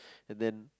and then